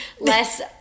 less